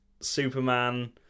Superman